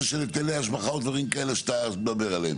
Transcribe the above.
של היטלי השבחה או דברים כאלה שאתה מדבר עליהם.